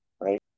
right